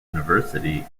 university